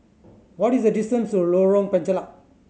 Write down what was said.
what is the distance to Lorong Penchalak